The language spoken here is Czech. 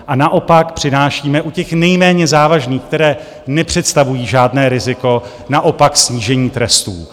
A naopak přinášíme u těch nejméně závažných, které nepředstavují žádné riziko, naopak snížení trestů.